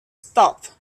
stopped